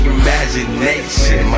imagination